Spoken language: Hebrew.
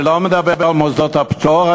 אני לא מדבר על מוסדות הפטור,